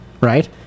right